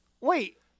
Wait